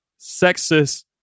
sexist